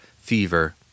fever